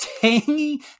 tangy